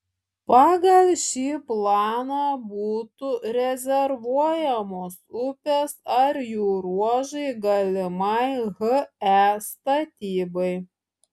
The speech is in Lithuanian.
pagal šį planą būtų rezervuojamos upės ar jų ruožai galimai he statybai